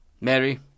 Mary